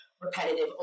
repetitive